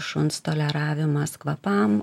šuns toleravimas kvapam